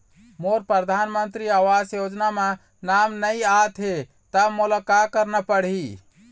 मोर परधानमंतरी आवास योजना म नाम नई आत हे त मोला का करना पड़ही?